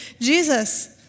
Jesus